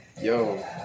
Yo